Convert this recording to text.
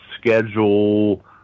schedule